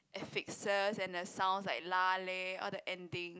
affixes and the sounds like lah leh all the ending